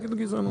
--- בגזענות.